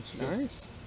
Nice